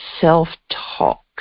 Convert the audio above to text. self-talk